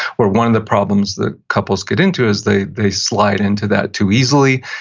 where one of the problems that couples get into is they they slide into that too easily,